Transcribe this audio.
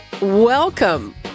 welcome